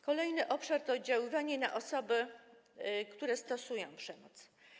Kolejny obszar to oddziaływanie na osoby, które stosują przemoc.